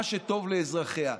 מה שטוב לאזרחיה,